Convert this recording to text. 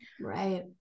right